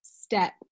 step